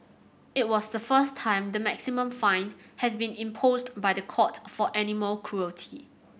it was the first time the maximum fine has been imposed by the court for animal cruelty